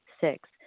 six